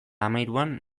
hamahiruan